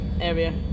area